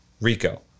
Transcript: RICO